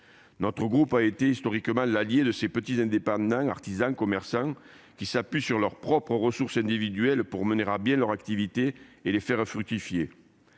Notre groupe a été, historiquement, l'allié de ces petits indépendants, artisans, commerçants, qui s'appuient sur leurs ressources individuelles pour mener à bien leurs activités et les faire fructifier-